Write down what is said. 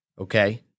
Okay